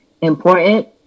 important